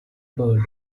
bird